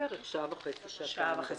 בערך שעה וחצי, שעתיים.